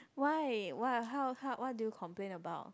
why why how how what do you complain about